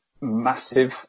massive